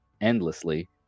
endlessly